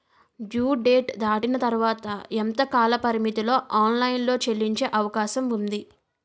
Due date దాటిన తర్వాత ఎంత కాలపరిమితిలో ఆన్ లైన్ లో చెల్లించే అవకాశం వుంది?